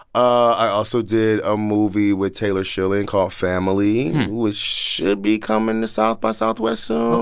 i also did a movie with taylor schilling called family, which should be coming to south by southwest so